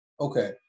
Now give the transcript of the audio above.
Okay